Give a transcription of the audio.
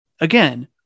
again